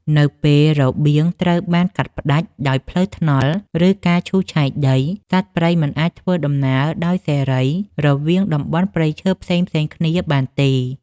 នៅពេលរបៀងត្រូវបានកាត់ផ្តាច់ដោយផ្លូវថ្នល់ ឬការឈូសឆាយដី សត្វព្រៃមិនអាចធ្វើដំណើរដោយសេរីរវាងតំបន់ព្រៃឈើផ្សេងៗគ្នាបានទេ។